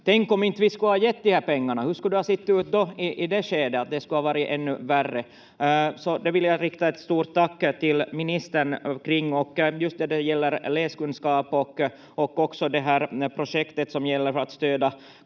tänk om vi inte skulle ha gett de här pengarna — hur skulle det ha sett ut då i det skedet? Det skulle ha varit ännu värre. Det vill jag rikta ett stort tack till ministern för. Just då det gäller läskunskap och också projektet som gäller att stödja